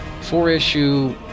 four-issue